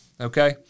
okay